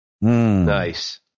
Nice